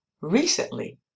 Recently